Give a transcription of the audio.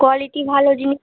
quality ভালো জিনিসের